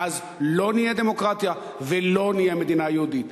ואז לא נהיה דמוקרטיה ולא נהיה מדינה יהודית.